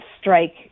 strike